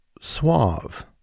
suave